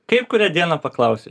kaip kurią dieną paklausi